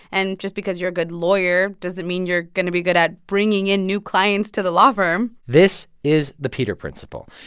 and just because you're a good lawyer doesn't mean you're going to be good at bringing in new clients to the law firm this is the peter principle.